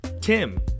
Tim